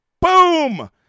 Boom